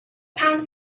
pounds